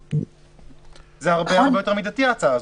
ההצעה הזאת הרבה יותר מידתית.